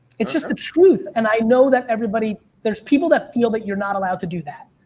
it's just the truth. and i know that everybody, there's people that feel that you're not allowed to do that.